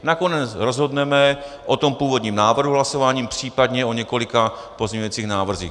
Nakonec rozhodneme o tom původním návrhu hlasováním, případně o několika pozměňovacích návrzích.